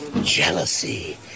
jealousy